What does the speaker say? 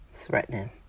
threatening